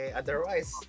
otherwise